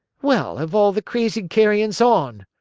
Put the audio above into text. well, of all the crazy carryings on!